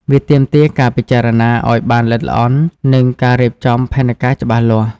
វាទាមទារការពិចារណាឲ្យបានល្អិតល្អន់ និងការរៀបចំផែនការច្បាស់លាស់។